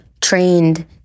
trained